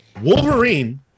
Wolverine